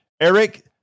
Eric